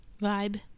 vibe